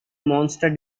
monster